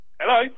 Hello